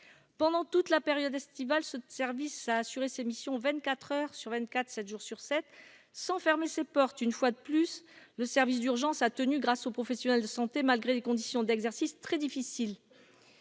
pendant toute la période estivale, ce service à assurer ses missions, 24 heures sur 24, 7 jours sur 7, sans fermer ses portes, une fois de plus, le service d'urgence, a tenu grâce aux professionnels de santé, malgré des conditions d'exercice très difficile